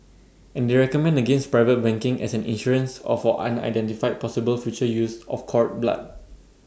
and they recommend against private banking as an insurance or for unidentified possible future use of cord blood